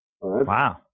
Wow